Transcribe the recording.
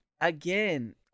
again